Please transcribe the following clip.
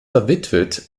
verwitwet